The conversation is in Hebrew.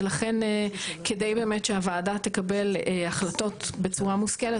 לכן כדי באמת שהוועדה תקבל החלטות בצורה מושכלת,